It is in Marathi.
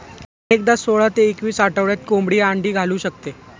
अनेकदा सोळा ते एकवीस आठवड्यात कोंबडी अंडी घालू शकते